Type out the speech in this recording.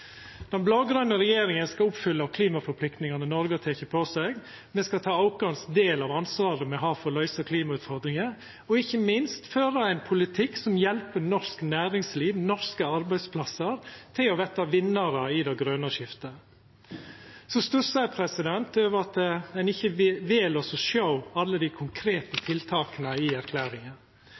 Den blå-grøne regjeringa skal oppfylla klimaforpliktingane Noreg har teke på seg. Me skal ta vår del av ansvaret me har for å løysa klimautfordringa, og ikkje minst føra ein politikk som hjelper norsk næringsliv og norske arbeidsplassar til å verta vinnarar i det grøne skiftet. Eg stussar over at ein vel ikkje å sjå alle dei konkrete tiltaka i erklæringa.